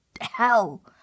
hell